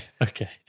Okay